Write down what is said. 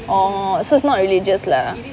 orh so it's not religious lah